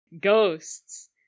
Ghosts